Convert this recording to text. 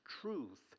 truth